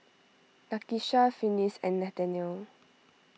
Nakisha Finis and Nathanial